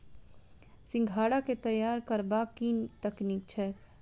सिंघाड़ा केँ तैयार करबाक की तकनीक छैक?